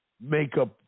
makeup